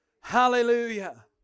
Hallelujah